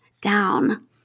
down